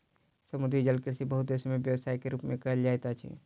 समुद्री जलकृषि बहुत देस में व्यवसाय के रूप में कयल जाइत अछि